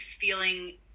feeling